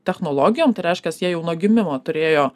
technologijom tai reiškias jie jau nuo gimimo turėjo